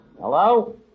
Hello